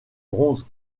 bronze